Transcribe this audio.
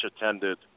attended